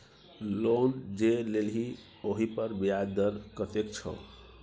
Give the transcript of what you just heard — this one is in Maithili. लोन जे लेलही ओहिपर ब्याज दर कतेक छौ